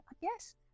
yes